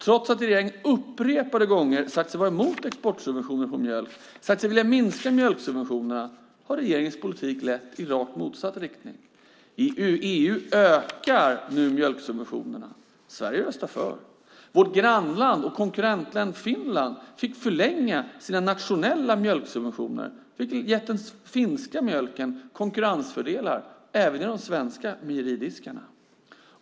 Trots att regeringen upprepade gånger har sagt sig vara emot exportsubventioner på mjölk, sagt sig vilja minska mjölksubventionerna, har regeringens politik lett i rakt motsatt riktning. EU ökar nu mjölksubventionerna. Sverige röstar för. Vårt grannland och konkurrentland Finland fick förlänga sina nationella mjölksubventioner, vilket gett den finska mjölken konkurrensfördelar även i de svenska mejeridiskarna.